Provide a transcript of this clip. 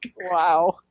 Wow